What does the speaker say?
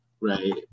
Right